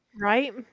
Right